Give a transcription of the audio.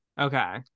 Okay